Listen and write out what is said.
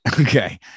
Okay